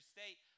State